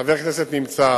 חבר כנסת נמצא,